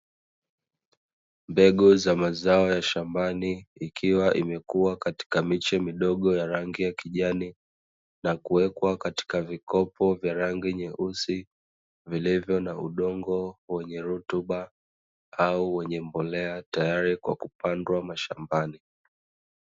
Mbegu za mazao ya shambani ikiwa imekua katika miche midogo ya rangi ya kijani, na kuwekwa katika vikopo vya rangi nyeusi vilivyo na udongo wenye rutuba, au wenye mbolea tayari kwa kupandwa mashambani.